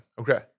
okay